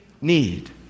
need